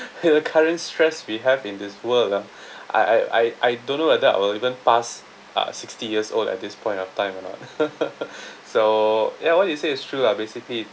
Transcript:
here the current stress we have in this work ah I I I I don't know whether I will even past uh sixty years old at this point of time or not so ya what you say is true lah basically